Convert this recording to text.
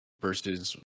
versus